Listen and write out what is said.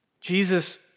Jesus